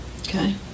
Okay